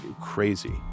crazy